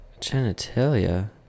Genitalia